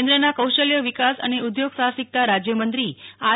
કેન્દ્રના કૌશલ્ય વિકાસ અને ઉદ્યોગ સાહસીકતા રાજયમંત્રી આર